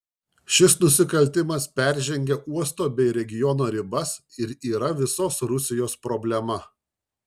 šis nusikaltimas peržengia uosto bei regiono ribas ir yra visos rusijos problema